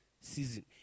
season